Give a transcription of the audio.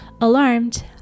Alarmed